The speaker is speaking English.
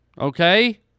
Okay